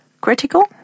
Critical